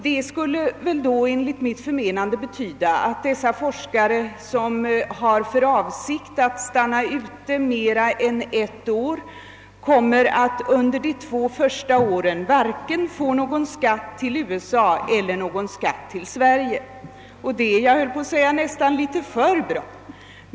Det skulle enligt mitt förmenande betyda att de forskare, som har för avsikt att stanna ute mer än ett år, under de två första åren varken kommer att få betala skatt till USA eller Sverige. Jag höll på att säga att detta nästan är litet för bra.